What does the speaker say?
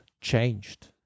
changed